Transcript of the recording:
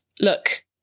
look